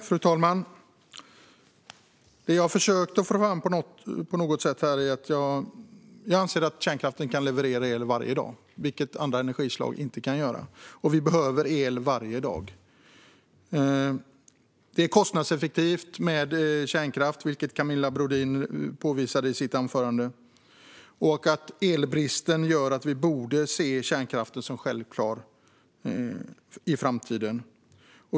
Fru talman! Det som jag har försökt få fram här är att kärnkraften kan leverera el varje dag, vilket andra energislag inte kan göra. Och vi behöver el varje dag. Det är kostnadseffektivt med kärnkraft, vilket Camilla Brodin påvisade i sitt anförande. Elbristen gör att vi borde se kärnkraften som självklar i framtiden.